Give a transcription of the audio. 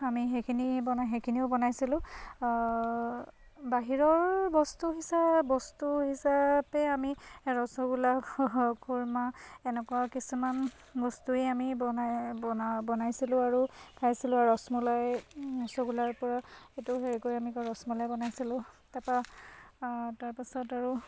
আমি সেইখিনি বনাই সেইখিনিও বনাইছিলোঁ বাহিৰৰ বস্তু বস্তু হিচাপে আমি ৰসগোল্লা খুৰমা এনেকুৱা কিছুমান বস্তুৱেই আমি বনাই বনা বনাইছিলোঁ আৰু খাইছিলোঁ ৰসমলাই ৰসগোল্লাৰপৰা এইটো হেৰি কৰি আমি ৰসমলাই বনাইছিলোঁ তাৰপৰা তাৰপাছত আৰু